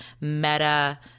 meta